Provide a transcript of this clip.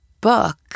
book